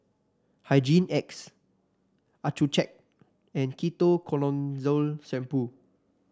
Hygin X Accucheck and Ketoconazole Shampoo